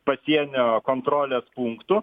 pasienio kontrolės punktų